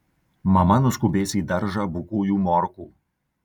mama nuskubės į daržą bukųjų morkų